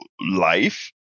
life